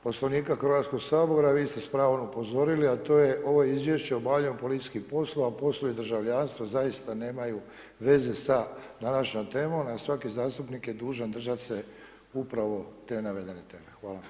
Poslovnika Hrvatskoga sabora i vi ste s pravom upozorili a to je ovo izvješće o obavljanju policijskih poslova, poslovi državljanstva zaista nemaju veze sa današnjom temom a svaki zastupnik je dužan držati se upravo te navedene teme.